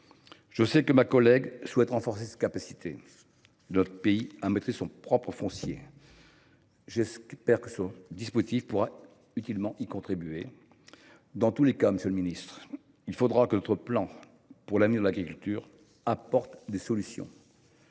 exploitants. Ma collègue souhaite renforcer la capacité de notre pays à maîtriser son propre foncier. J’espère que ce dispositif pourra utilement y contribuer. Dans tous les cas, monsieur le ministre, il faudra que votre plan pour l’avenir de l’agriculture apporte des solutions